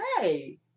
hey